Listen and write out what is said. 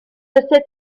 cette